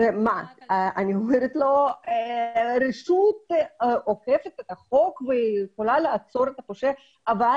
אני אומרת לו שהרשות אוכפת את החוק והיא יכולה לעצור את העבריין אבל